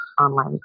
online